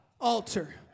altar